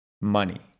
money